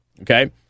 okay